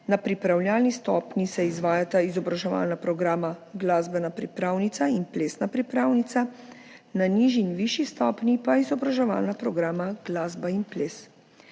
na pripravljalni stopnji se izvajata izobraževalna programa glasbena pripravnica in plesna pripravnica, na nižji in višji stopnji pa izobraževalna programa glasba in ples.